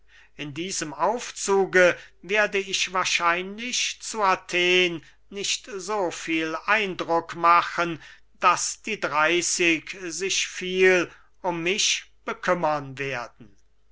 in diesem aufzuge werde ich wahrscheinlich zu athen nicht so viel eindruck machen daß die dreyßig sich viel um mich bekümmern werden